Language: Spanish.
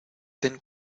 ten